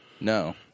No